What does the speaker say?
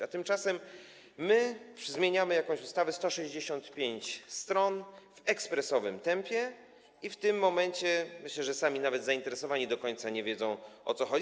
A tymczasem my zmieniamy jakąś ustawę, 165 stron, w ekspresowym tempie i w tym momencie, myślę, nawet sami zainteresowani do końca nie wiedzą, o co chodzi.